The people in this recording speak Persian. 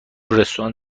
رستوران